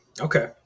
Okay